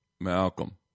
Malcolm